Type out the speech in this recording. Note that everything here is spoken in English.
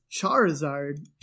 Charizard